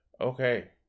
Okay